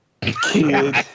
kid